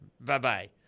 Bye-bye